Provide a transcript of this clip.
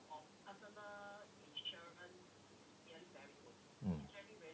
mm